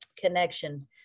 connection